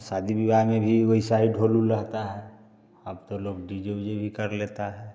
शादी विवाह में भी वैसा ही ढोल उल रहता है अब तो लोग डी जे विजे भी कर लेता है